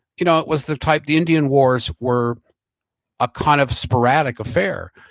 you know it was the type, the indian wars were a kind of sporadic affair,